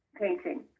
painting